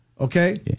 okay